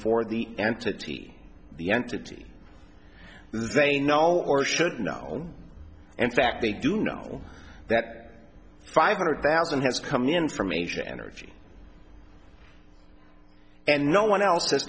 for the entity the entity that they know or should know in fact they do know that five hundred thousand has come in from asia energy and no one else has